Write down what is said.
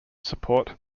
support